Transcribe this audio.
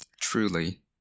truly